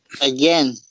again